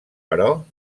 però